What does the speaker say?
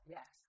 Yes